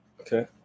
okay